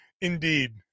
indeed